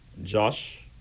Josh